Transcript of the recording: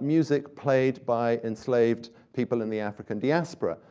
music played by enslaved people in the african diaspora.